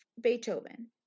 beethoven